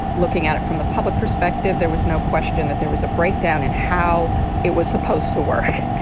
looking at it from the public perspective, there was no question that there was a breakdown in how it was supposed to work.